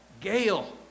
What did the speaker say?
Gail